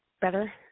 Better